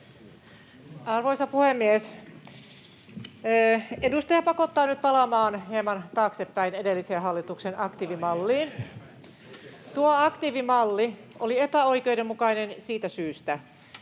Arvoisa puhemies! Edustaja pakottaa nyt palaamaan hieman taaksepäin edellisen hallituksen aktiivimalliin. Tuo aktiivimalli oli epäoikeudenmukainen siitä syystä,